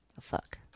Fuck